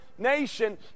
nation